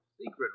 Secret